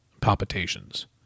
Palpitations